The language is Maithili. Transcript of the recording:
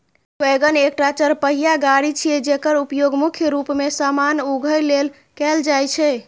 वैगन एकटा चरपहिया गाड़ी छियै, जेकर उपयोग मुख्य रूप मे सामान उघै लेल कैल जाइ छै